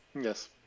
Yes